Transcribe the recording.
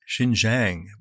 Xinjiang